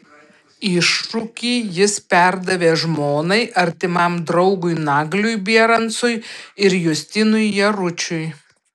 iššūkį jis perdavė žmonai artimam draugui nagliui bierancui ir justinui jaručiui